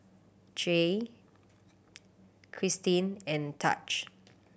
Jair Christin and Taj